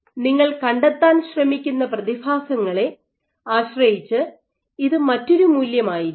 നിങ്ങൾ കണ്ടെത്താൻ ശ്രമിക്കുന്ന പ്രതിഭാസങ്ങളെ ആശ്രയിച്ച് ഇത് മറ്റൊരു മൂല്യമായിരിക്കാം